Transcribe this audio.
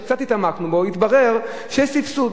כשקצת התעמקנו בו התברר שיש סבסוד,